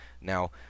Now